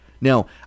Now